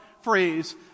phrase